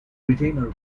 retainer